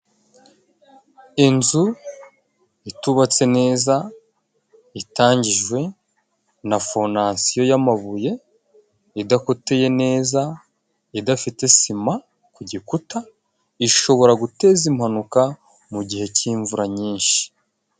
Inzu itubatse neza, itangijwe na fonasiyo y'amabuye idakoteye neza, idafite sima ku gikuta ishobora guteza impanuka mu gihe cy'imvura nyinshi.